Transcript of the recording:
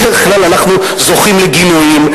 בדרך כלל אנחנו זוכים לגינויים,